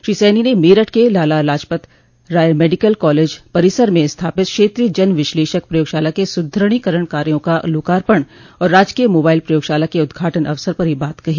श्री सैनी ने मेरठ के Lala Lajpat Rai medical college परिसर में स्थापित क्षेत्रीय जन विश्लेषक प्रयोगशाला के सुदृढ़ीकरण कार्यो का लोकार्पण और राजकीय मोबाइल प्रयोगशाला के उदघाटन अवसर पर यह बात कही